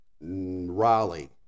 Raleigh